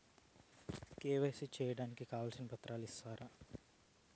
KYC సేయడానికి కావాల్సిన పత్రాలు ఇస్తారా?